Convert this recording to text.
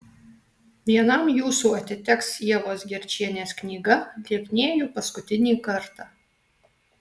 vienam jūsų atiteks ievos gerčienės knyga lieknėju paskutinį kartą